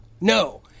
no